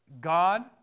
God